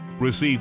Receive